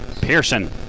Pearson